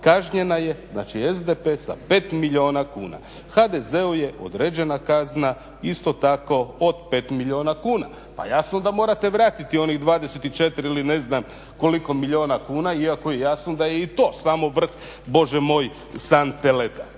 kažnjen je znači SDP sa 5 milijuna kuna. HDZ-u je određena kazna isto tako od 5 milijuna kuna, pa jasno da morate vratiti onih 24 ili ne znam koliko milijuna kuna iako je jasno da je i to samo vrh Bože moj sante leda.